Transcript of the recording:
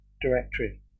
directory